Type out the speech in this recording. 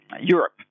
Europe